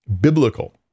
biblical